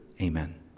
Amen